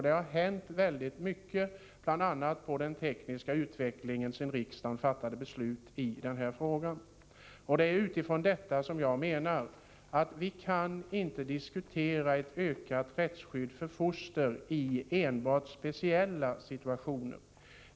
Det har hänt mycket, bl.a. på den tekniska utvecklingens område, sedan riksdagen fattade beslut i den här frågan. Jag menar därför att vi inte kan diskutera ett ökat rättsskydd för foster i enbart speciella situationer.